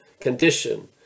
condition